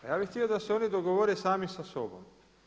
A ja bih htio da se oni dogovore sami sa sobom.